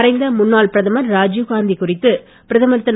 மறைந்த முன்னாள் பிரதமர் ராஜீவ் காந்தி குறித்து பிரதமர் திரு